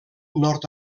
nord